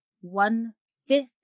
one-fifth